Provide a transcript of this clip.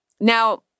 Now